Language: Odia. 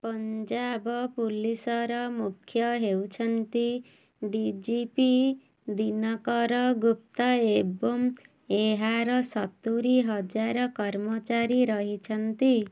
ପଞ୍ଜାବ ପୋଲିସର ମୁଖ୍ୟ ହେଉଛନ୍ତି D G P Dinkar Gupta ଏବଂ ଏହାର ହଜାର କର୍ମଚାରୀ ରହିଛନ୍ତି